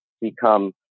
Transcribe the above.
become